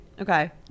okay